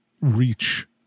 reach